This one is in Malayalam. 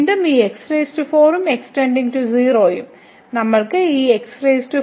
വീണ്ടും ഈ x4 ഉം x → 0 ഉം നമ്മൾക്ക് ഈ ഉണ്ട്